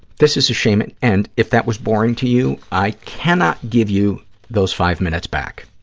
this is a shame, and and if that was boring to you, i cannot give you those five minutes back.